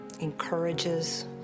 encourages